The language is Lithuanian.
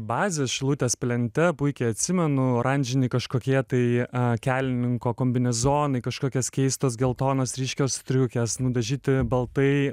bazės šilutės plente puikiai atsimenu oranžiniai kažkokie tai a kelninko kombinezonai kažkokios keistos geltonos ryškios striukės nudažyti baltai